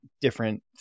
different